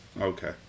Okay